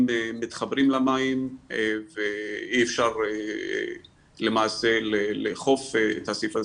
מתחברים למים ואי אפשר למעשה לאכוף את הסעיף הזה.